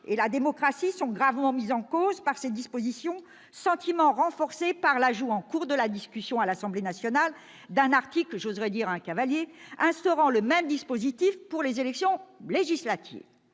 et la démocratie sont gravement mis en cause par cette disposition, sentiment renforcé par l'ajout en cours de la discussion à l'Assemblée nationale d'un article- ou plutôt d'un cavalier législatif - instaurant le même dispositif pour les élections législatives.